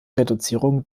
reduzierung